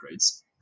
upgrades